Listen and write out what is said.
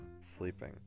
Sleeping